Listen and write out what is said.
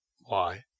Why